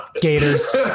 Gators